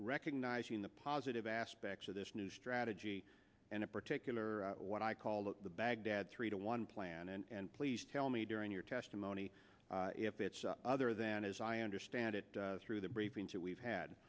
recognizing the positive aspects of this new strategy and in particular what i called the baghdad three to one plan and please tell me during your testimony if it's other than as i understand it through the briefings that we've had